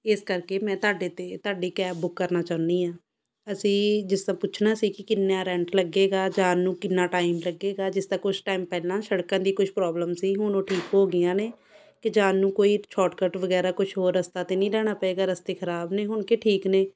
ਇਸ ਕਰਕੇ ਮੈਂ ਤੁਹਾਡੇ ਤੇ ਤੁਹਾਡੀ ਕੈਬ ਬੁੱਕ ਕਰਨਾ ਚਾਹੁੰਦੀ ਹਾਂ ਅਸੀਂ ਜਿਸ ਤਰ੍ਹਾਂ ਪੁੱਛਣਾ ਸੀ ਕਿ ਕਿੰਨਾ ਰੈਂਟ ਲੱਗੇਗਾ ਜਾਣ ਨੂੰ ਕਿੰਨਾ ਟਾਈਮ ਲੱਗੇਗਾ ਜਿਸ ਦਾ ਕੁਛ ਟਾਈਮ ਪਹਿਲਾਂ ਸੜਕਾਂ ਦੀ ਕੁਛ ਪ੍ਰੋਬਲਮ ਸੀ ਹੁਣ ਉਹ ਠੀਕ ਹੋ ਗਈਆਂ ਨੇ ਕਿ ਜਾਣ ਨੂੰ ਕੋਈ ਸ਼ੋਟਕੱਟ ਵਗੈਰਾ ਕੁਛ ਹੋਰ ਰਸਤਾ ਤਾਂ ਨਹੀਂ ਲੈਣਾ ਪਏਗਾ ਰਸਤੇ ਖ਼ਰਾਬ ਨੇ ਹੁਣ ਕਿ ਠੀਕ ਨੇ